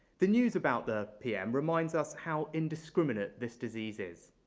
the news about the pm reminds us how indiscriminate this disease is.